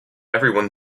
everyone